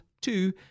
two